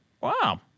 Wow